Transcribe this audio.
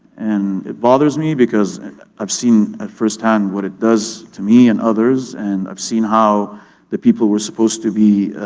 and it bothers because i've seen at firsthand what it does to me and others, and i've seen how the people were supposed to be